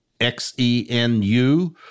Xenu